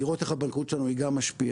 לראות איך הבנקאות שלנו היא גם משפיעה,